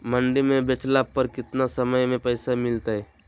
मंडी में बेचला पर कितना समय में पैसा मिलतैय?